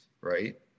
right